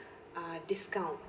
uh discount